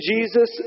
Jesus